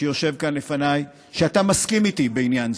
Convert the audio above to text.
שיושב כאן לפניי, שאתה מסכים איתי בעניין זה.